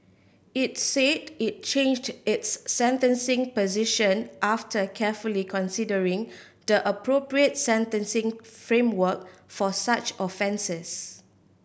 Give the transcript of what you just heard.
it said it changed its sentencing position after carefully considering the appropriate sentencing framework for such offences